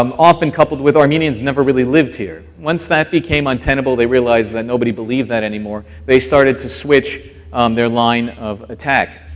um often coupled with armenians never really lived here. once that became untenable they realized that nobody believed that anymore they started to switch their line of attack.